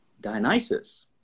dionysus